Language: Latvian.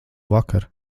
vakar